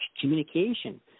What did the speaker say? communication